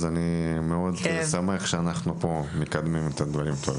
לכן, אני מאוד שמח שאנחנו פה, ומקדמים את הדברים.